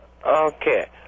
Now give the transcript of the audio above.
Okay